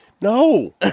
No